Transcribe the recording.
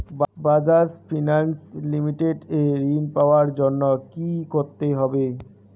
Bajaj finance limited এ ঋন পাওয়ার জন্য কি করতে হবে?